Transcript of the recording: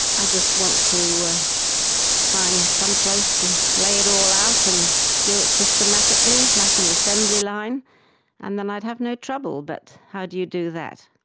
i just want to find some place to lay it all out and do it systematically, like an assembly line and then i'd have no trouble, but how do you do that?